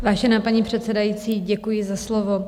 Vážená paní předsedající, děkuji za slovo.